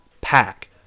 Pack